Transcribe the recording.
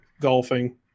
golfing